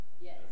Yes